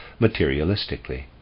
materialistically